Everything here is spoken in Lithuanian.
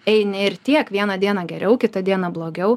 eini ir tiek vieną dieną geriau kitą dieną blogiau